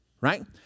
Right